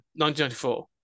1994